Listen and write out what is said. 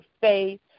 faith